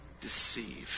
deceived